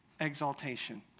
exaltation